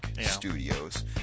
studios